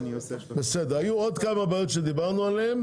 היו עוד כמה בעיות שדיברנו עליהן.